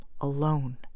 alone